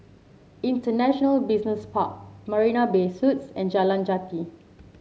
International Business Park Marina Bay Suites and Jalan Jati